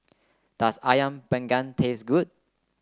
does ayam panggang taste good